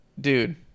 Dude